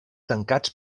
tancats